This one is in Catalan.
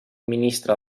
ministre